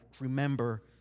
remember